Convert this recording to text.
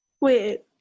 Wait